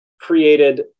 created